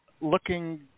*Looking